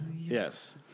Yes